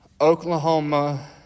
Oklahoma